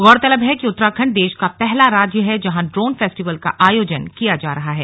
गौरतलब है कि उत्तराखंड देश का पहला राज्य है जहां ड्रोन फेस्टिवल का आयोजन किया जा रहा है